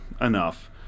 enough